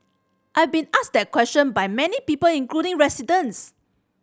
I've been asked that question by many people including residents